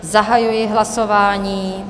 Zahajuji hlasování.